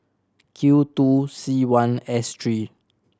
Q two C one S three